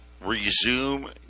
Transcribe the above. resume